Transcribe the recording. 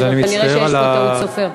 כנראה יש פה טעות סופר.